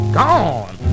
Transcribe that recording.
gone